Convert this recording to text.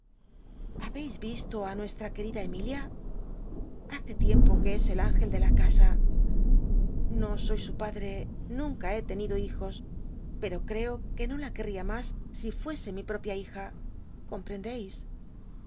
visto á nuestra querida emilia hace tiempo que es el ingel de la casa no soy sn padre nunca he tenido hijos pel'o creo que no la quel'l'ia mas si fuese mi lll'opia hija comprendcis